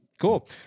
Cool